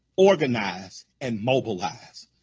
organize, and mobilize.